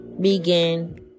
begin